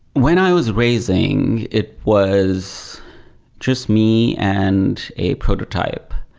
when i was raising, it was just me and a prototype,